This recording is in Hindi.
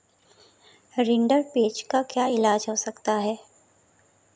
रिंडरपेस्ट का क्या इलाज हो सकता है